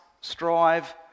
strive